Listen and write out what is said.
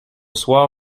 soir